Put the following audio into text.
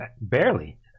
Barely